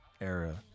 era